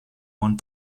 one